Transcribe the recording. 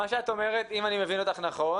את אומרת, אם אני מבין אותך נכון